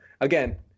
again